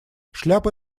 шляпа